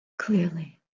clearly